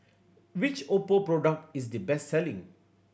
which Oppo product is the best selling